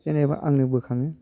जेनेबा आंनो बोखाङो